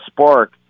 spark